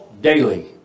daily